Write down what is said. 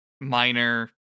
minor